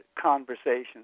conversations